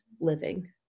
living